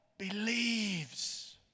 believes